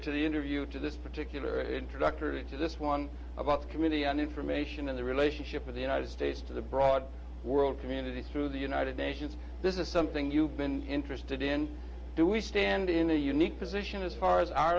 to the interview to this particular introductory to this one about community and information in the relationship of the united states to the broader world community through the united nations this is something you've been interested in do we stand in a unique position as far as our